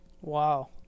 Wow